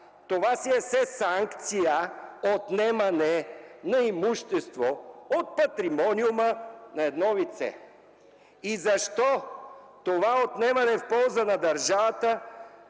Това си е все санкция отнемане на имущество от патримониума на едно лице. Защо това отнемане в полза на държавата